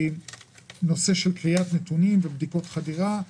גם נושא של קריאת נתונים ובדיקות חדירה.